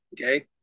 Okay